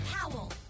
Powell